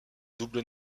double